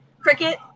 cricket